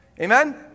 Amen